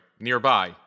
nearby